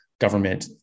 government